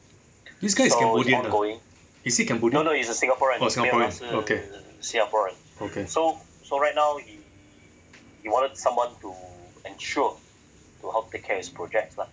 this guy is cambodian ah is he cambodian orh singaporean okay okay